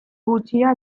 gutxira